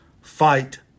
fight